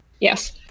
yes